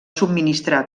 subministrar